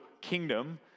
kingdom